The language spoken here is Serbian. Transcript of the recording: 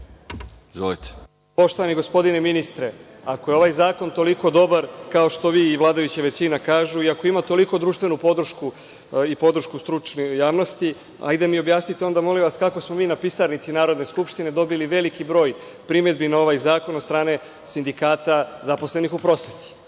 Poštovani gospodine ministre, ako je ovaj zakon toliko dobar kao što vi i vladajuća većina kažu i ako ima toliko društvenu podršku i podršku stručne javnosti, objasnite mi onda, molim vas, kako smo mi na pisarnici Narodne skupštine dobili veliki broj primedbi na ovaj zakon od strane sindikata zaposlenih u prosveti? Isto